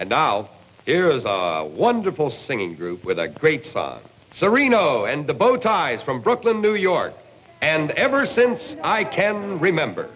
and now it was a wonderful singing group with a great serino and the bow ties from brooklyn new york and ever since i can remember